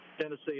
Tennessee